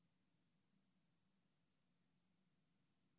1%. וזה